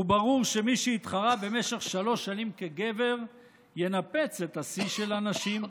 וברור שמי שהתחרה במשך שלוש שנים כגבר ינפץ את השיא של הנשים.